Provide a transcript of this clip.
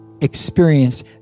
experienced